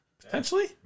Potentially